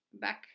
back